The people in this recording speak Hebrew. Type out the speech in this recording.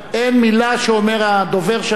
אין מלה שאומר הדובר שאתה,